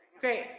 Great